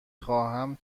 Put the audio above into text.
خواهم